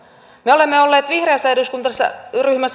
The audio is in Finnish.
me olemme olleet vihreässä eduskuntaryhmässä